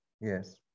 Yes